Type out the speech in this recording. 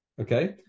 Okay